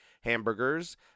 hamburgers